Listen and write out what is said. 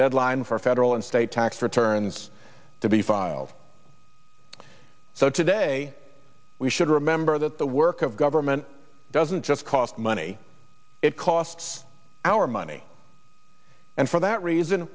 deadline for federal and state tax returns to be filed so today we should remember that the work of government doesn't just cost money it costs our money and for that reason